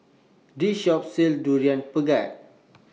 This Shop sells Durian Pengat